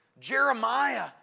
Jeremiah